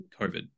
COVID